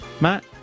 Matt